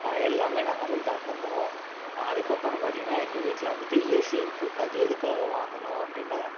எல்லாமே நாங்கள் அதில் தான் பண்ணுவோம் அதுக்கப்புறம் பார்த்தீங்கன்னா எங்கள் வீட்டில் வந்துட்டு ஏசி இருக்குது அது எதுக்காக வாங்கினோம் அப்படின்னா